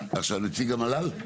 עכשיו נציג המל"ל?